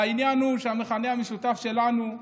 והעניין הוא המכנה המשותף שלנו,